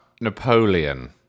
Napoleon